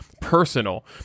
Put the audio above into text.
personal